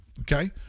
Okay